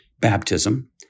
baptism